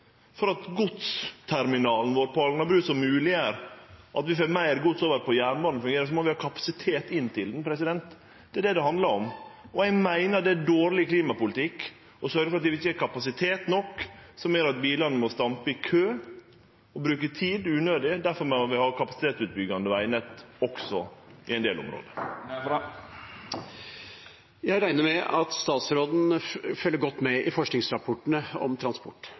For at godsterminalen vår på Alnabru, som mogleggjer at vi får meir gods over på jernbane, skal fungere, må vi ha kapasitet inn til han. Det er det det handlar om, og eg meiner det er dårleg klimapolitikk å sørgje for at vi ikkje har kapasitet nok, noko som gjer at bilane må stampe i kø og bruke unødig tid. Difor må vi også ha kapasitetsutbygging av vegnettet i ein del område. Jeg regner med at statsråden følger godt med i forskningsrapportene om transport.